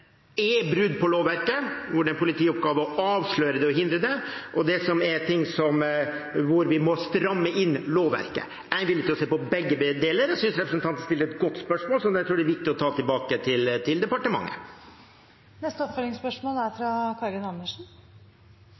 brudd på lovverket, hvor det er en politioppgave å avsløre det og hindre det, og det som er ting hvor vi må stramme inn lovverket. Jeg er villig til å se på begge deler, og jeg synes representanten stiller et godt spørsmål, som jeg tror det er viktig å ta med tilbake til departementet. Karin Andersen – til oppfølgingsspørsmål. Det er